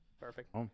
Perfect